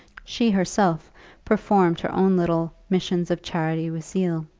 she herself performed her own little missions of charity with zeal.